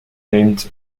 named